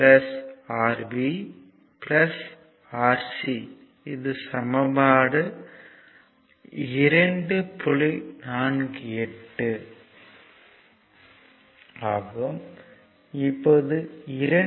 48 சமன்பாட்டைப் வகுக்க வேண்டும்